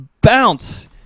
bounce